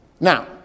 Now